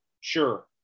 Sure